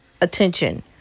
attention